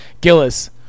Gillis